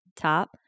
top